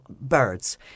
birds